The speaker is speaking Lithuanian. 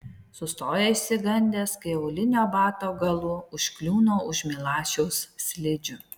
sustoja išsigandęs kai aulinio bato galu užkliūna už milašiaus slidžių